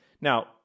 Now